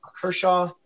Kershaw